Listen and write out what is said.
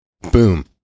Boom